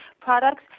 products